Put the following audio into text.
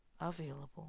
available